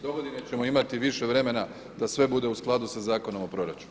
Dogodine ćemo imati više vremena da sve bude u skladu sa Zakonom o proračunu.